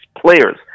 players